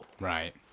Right